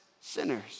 sinners